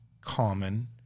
common